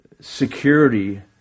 Security